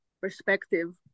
perspective